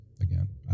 again